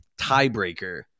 tiebreaker